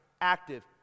active